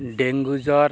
dengue জ্বর